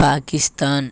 Pakistan